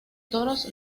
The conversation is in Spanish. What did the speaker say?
toros